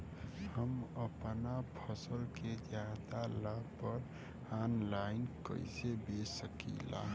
हम अपना फसल के ज्यादा लाभ पर ऑनलाइन कइसे बेच सकीला?